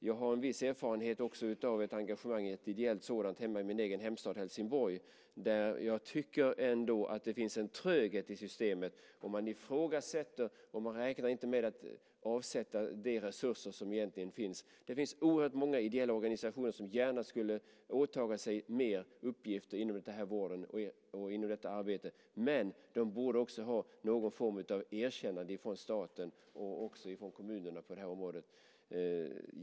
Jag har dock viss erfarenhet av ett ideellt engagemang i min hemstad Helsingborg, där jag ändå tycker att det finns en tröghet i systemet. Man ifrågasätter och räknar inte med att avsätta de resurser som egentligen finns. Det finns oerhört många ideella organisationer som gärna skulle åta sig mer uppgifter inom den här vården och inom detta arbete. Men de borde också få någon form av erkännande från staten och kommunerna på det här området.